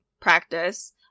practice